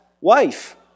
wife